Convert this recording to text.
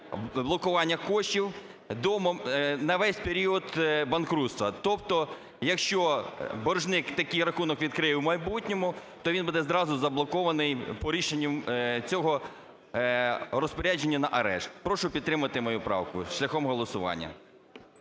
блокування коштів на весь період банкрутства. Тобто якщо боржник такий рахунок відкриє в майбутньому, то він буде зразу заблокований по рішенню цього розпорядження на арешт. Прошу підтримати мою правку шляхом голосування.